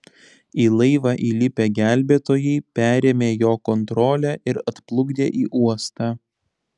į laivą įlipę gelbėtojai perėmė jo kontrolę ir atplukdė į uostą